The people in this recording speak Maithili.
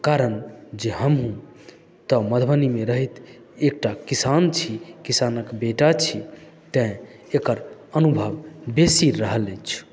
कारण जे हमहूँ तऽ मधुबनीमे रहैत एकटा किसान छी किसानक बेटा छी तैं एकर अनुभव बेसी रहल अछि